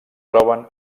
troben